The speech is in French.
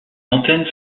antennes